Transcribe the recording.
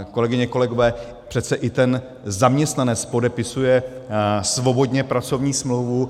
Kolegyně, kolegové, přece i ten zaměstnanec podepisuje svobodně pracovní smlouvu.